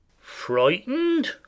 Frightened